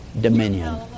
dominion